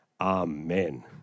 Amen